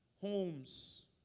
Homes